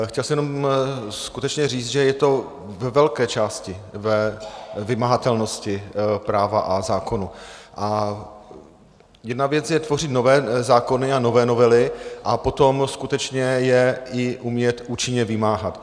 Chtěl jsem jenom skutečně říct, že je to ve velké části ve vymahatelnosti práva a zákonů, a jedna věc je tvořit nové zákony a nové novely a potom skutečně je i umět účinně vymáhat.